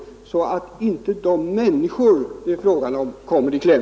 Det är viktigt att de människor det är fråga om inte kommer i kläm.